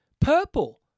purple